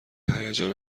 هیجان